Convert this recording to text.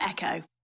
Echo